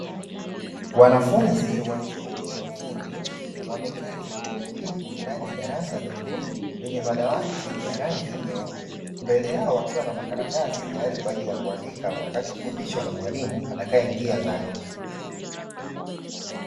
Wanafunzi wa chuo cha ufundi wameketi kwa utulivu ndani ya darasa dogo lenye madawati ya rangi nyeupe mbele yao wakiwa na makaratasi tayari kwa ajili ya kuandika watakachofundishwa na mwalimu atakayeingia ndani.